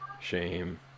shame